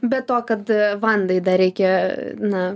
be to kad vandai dar reikia na